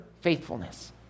faithfulness